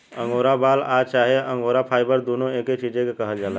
angora बाल आ चाहे अंगोरा फाइबर दुनो एके चीज के कहल जाला